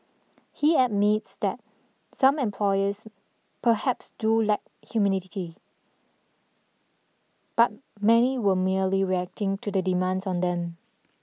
he admits that some employers perhaps do lack huminity but many were merely reacting to the demands on them